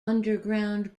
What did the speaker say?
underground